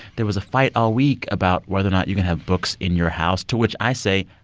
there was a fight all week about whether or not you can have books in your house, to which i say,